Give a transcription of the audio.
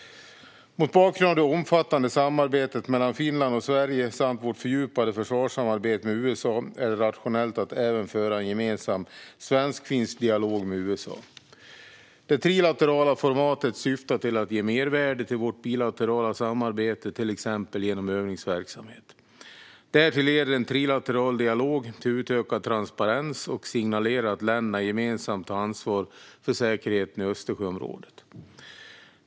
Mot bakgrund av det omfattande samarbetet mellan Finland och Sverige samt vårt fördjupade försvarssamarbete med USA är det rationellt att även föra en gemensam svensk-finsk dialog med USA. Det trilaterala formatet syftar till att ge mervärde till vårt bilaterala samarbete, till exempel genom övningsverksamhet. Därtill leder en trilateral dialog till utökad transparens och signalerar att länderna gemensamt tar ansvar för säkerheten i Östersjöområdet.